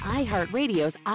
iHeartRadio's